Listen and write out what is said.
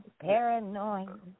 Paranoid